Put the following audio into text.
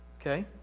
okay